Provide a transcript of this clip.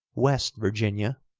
west virginia,